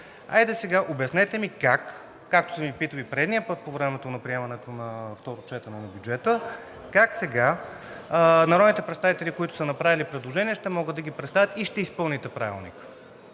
Правилника. Обяснете ми как, както съм Ви питал и предния път по времето на приемането на второ четене на бюджета, как сега народните представители, които са направили предложения, ще могат да ги представят и ще изпълните Правилника?